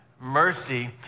Mercy